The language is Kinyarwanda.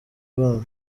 babo